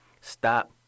Stop